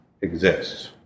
exists